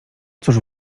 cóż